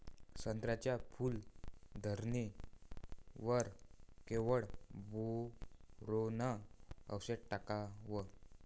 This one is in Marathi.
संत्र्याच्या फूल धरणे वर केवढं बोरोंन औषध टाकावं?